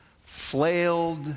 flailed